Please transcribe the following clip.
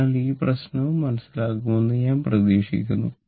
അതിനാൽ ഈ പ്രശ്നവും മനസ്സിലാക്കാനാകുമെന്ന് ഞാൻ പ്രതീക്ഷിക്കുന്നു